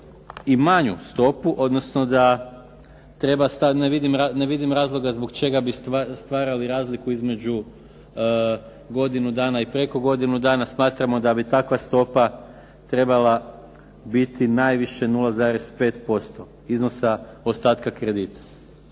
i manju stopu, odnosno da, ne vidim razloga zbog čega bi stvarali razliku između godinu dana i preko godinu dana. Smatramo da bi takva stopa trebala biti najviše 0,5% iznosa ostatka kredita.